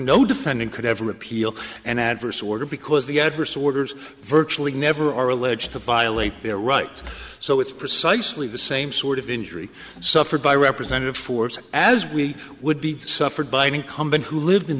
no defendant could ever appeal an adverse order because the adverse orders virtually never are alleged to violate their rights so it's precisely the same sort of injury suffered by representative force as we would be suffered by an incumbent who lived in